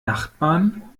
nachbarn